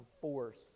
force